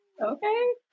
Okay